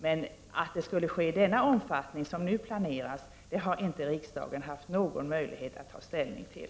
Men att det skulle bli fråga om en datorisering i den omfattning som nu planeras har riksdagen inte haft någon möjlighet att ta ställning till.